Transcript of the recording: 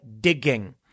digging